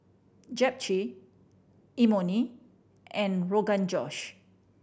Japchae Imoni and Rogan Josh